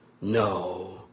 No